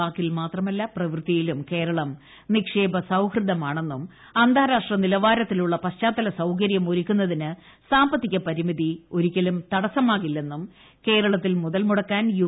വാക്കിൽ മാത്രമല്ല പ്രവൃത്തിയിലും കേരളം നിക്ഷേപ സൌഹൃദമാണെന്നും അന്താരാഷ്ട്ര നിലവാരത്തിലുള്ള പശ്ചാത്തല സൌകര്യം ഒരുക്കുന്നതിന് സാമ്പത്തിക പരിമിതി ഒരിക്കലും തടസ്സമാകില്ലെന്നും കേരളത്തിൽ മുതൽ മുടക്കാൻ യു